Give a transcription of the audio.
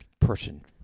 person